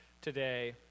today